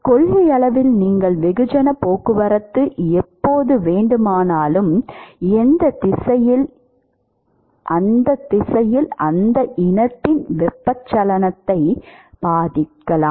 கொள்கையளவில் நீங்கள் வெகுஜன போக்குவரத்து எப்போது வேண்டுமானாலும் அந்த திசையில் அந்த இனத்தின் வெப்பச்சலனத்தை பாதிக்கலாம்